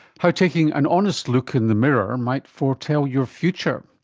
how taking an honest look in the mirror might foretell your future.